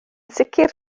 sicr